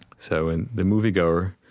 so, in the moviegoer,